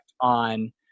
on